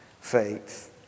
faith